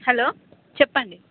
hello చెప్పండి